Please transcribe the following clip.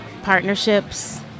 partnerships